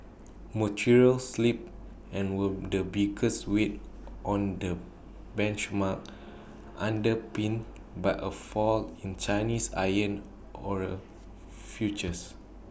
materials slipped and were the biggest weight on the benchmark underpinned by A fall in Chinese iron ore futures